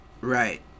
Right